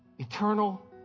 Eternal